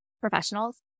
professionals